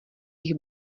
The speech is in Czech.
jich